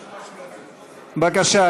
בבקשה,